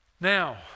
Now